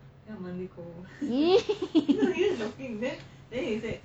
!ee!